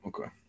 okay